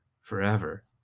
forever